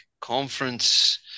Conference